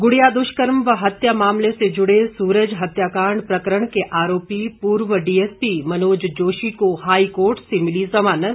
गुड़िया दुष्कर्म व हत्या मामले से जुड़े सूरज हत्याकांड प्रकरण के आरोपी पूर्व डीएसपी मनोज जोशी को हाईकोर्ट से मिली जमानत